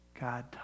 God